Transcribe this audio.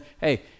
Hey